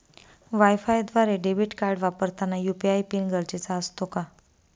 वायफायद्वारे debit card वापरताना UPI PIN गरजेचा असतो का?